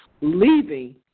leaving